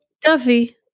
Duffy